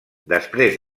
després